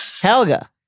Helga